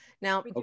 Now